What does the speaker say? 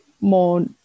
more